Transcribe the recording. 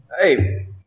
Hey